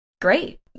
great